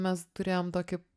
mes turėjom tokį